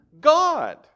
God